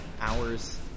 hours